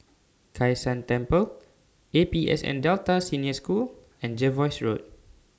Kai San Temple A P S N Delta Senior School and Jervois Road